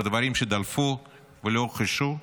דברים שדלפו ולא הוכחשו: